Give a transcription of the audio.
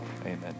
Amen